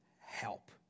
help